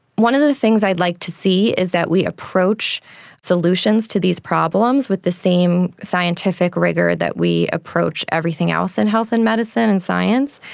one of the things i'd like to see is that we approach solutions to these problems with the same scientific rigour that we approach everything else in health and medicine and science,